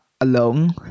alone